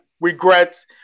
regrets